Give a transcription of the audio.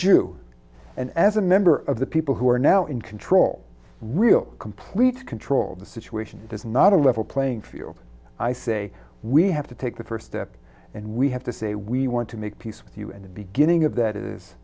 jew and as a member of the people who are now in control real complete control the situation does not a level playing field i say we have to take the first step and we have to say we want to make peace with you and the beginning of that is